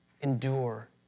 Endure